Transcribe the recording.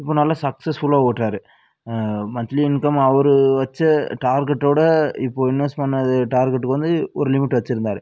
இப்போ நல்லா சக்ஸஸ்ஃபுல்லாக ஓட்டுறாரு மந்த்லி இன்க்கம் அவரு வச்ச டார்கெட்டோட இப்போ இன்வஸ்ட் பண்ணது டார்கெட்டுக்கு வந்து ஒரு லிமிட் வச்சிருந்தார்